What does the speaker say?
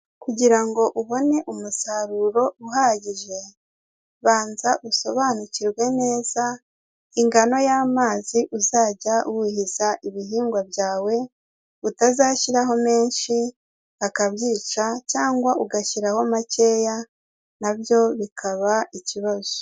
Kugira ngo ubone umusaruro uhagije, banza usobanukirwe neza ingano y'amazi uzajya wuhiza ibihingwa byawe, utazashyiraho menshi akabyica, cyangwa ugashyiraho makeya nabyo bikaba ikibazo.